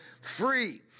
Free